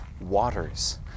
waters